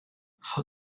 how